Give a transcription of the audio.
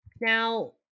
Now